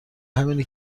همینه